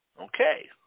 Okay